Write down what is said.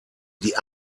die